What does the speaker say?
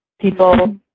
people